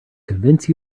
convince